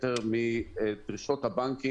ביזיון וזה מאוד רלוונטי גם לדיון הזה,